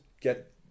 get